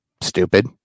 stupid